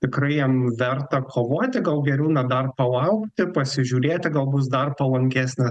tikrai jam verta kovoti gal geriau na dar palaukti pasižiūrėti gal bus dar palankesnė